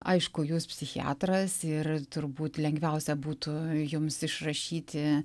aišku jūs psichiatras ir turbūt lengviausia būtų jums išrašyti